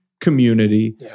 community